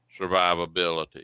survivability